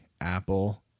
apple